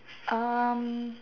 um